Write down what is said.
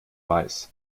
weiß